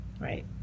Right